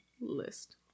list